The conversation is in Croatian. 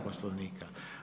Poslovnika.